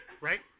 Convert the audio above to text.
right